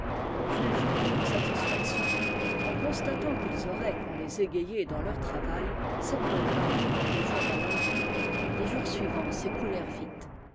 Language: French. on juge de leur satisfaction en cons tatant qu'ils auraient pour les égayer dans leur travail cette bonne langue de job an ankou les jours suivants s'écoulèrent vite